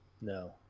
No